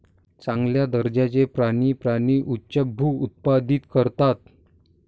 चांगल्या दर्जाचे प्राणी प्राणी उच्चभ्रू उत्पादित करतात